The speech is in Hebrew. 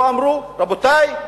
לא אמרו למצרים: רבותי,